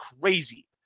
crazy